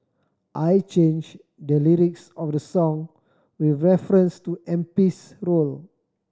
I changed the lyrics of the song with reference to MP's role